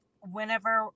Whenever